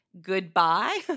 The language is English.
goodbye